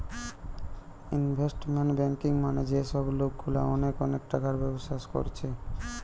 investment banking মানে যে সব লোকগুলা অনেক অনেক টাকার ব্যবসা কোরছে